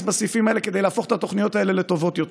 בסעיפים האלה כדי להפוך את התוכניות האלה לטובות יותר.